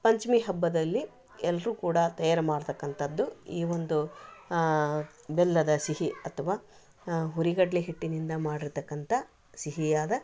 ಪಂಚಮಿ ಹಬ್ಬದಲ್ಲಿ ಎಲ್ಲರೂ ಕೂಡ ತಯಾರು ಮಾಡ್ತಕ್ಕಂಥದ್ದು ಈ ಒಂದು ಬೆಲ್ಲದ ಸಿಹಿ ಅಥವಾ ಹುರಿಗಡಲೆ ಹಿಟ್ಟಿನಿಂದ ಮಾಡಿರ್ತಕ್ಕಂಥ ಸಿಹಿಯಾದ